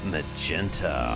Magenta